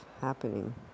happening